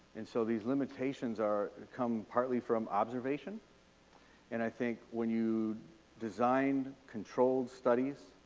and so these limitations are. come partly from observation and i think when you design controlled studies